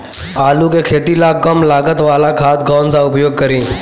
आलू के खेती ला कम लागत वाला खाद कौन सा उपयोग करी?